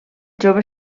jove